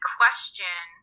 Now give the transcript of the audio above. question